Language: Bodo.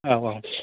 औ औ